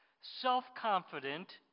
self-confident